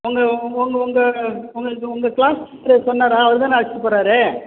உங்கள் உங்கள் உங்கள் உங்களுக்கு உங்கள் கிளாஸ் டீச்சர் சொன்னாரா அவரு தான அழைச்சிட்டு போகறாரு